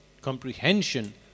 comprehension